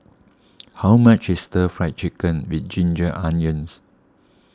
how much is Stir Fry Chicken with Ginger Onions